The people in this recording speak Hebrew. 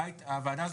הועדה הזאת,